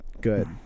good